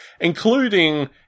including